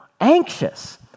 anxious